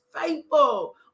faithful